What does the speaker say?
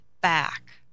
back